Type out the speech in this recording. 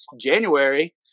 January